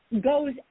goes